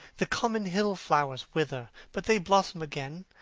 the common hill-flowers wither, but they blossom again.